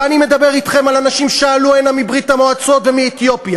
ואני מדבר אתכם על אנשים שעלו הנה מברית-המועצות ומאתיופיה,